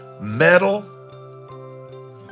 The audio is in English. metal